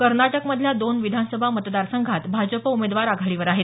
कर्नाटकमधल्या दोन विधानसभा मतदारसंघात भाजप उमेदवार आघाडीवर आहेत